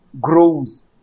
grows